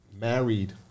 married